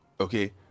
Okay